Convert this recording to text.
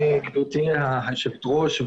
גברתי היושבת ראש,